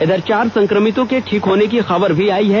इधर चार संक्रमितों के ठीक होने की खबर आई है